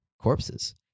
corpses